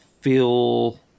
feel